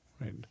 right